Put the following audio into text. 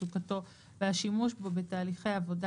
תחזוקתו והשימוש בו בתהליכי העבודה,